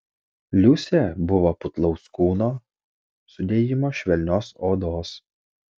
liusė buvo putlaus kūno sudėjimo švelnios odos